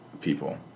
people